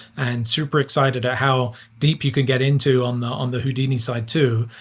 and super excited at how deep you can get into on the on the houdini side, too.